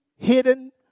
Hidden